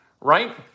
right